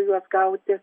juos gauti